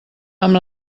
amb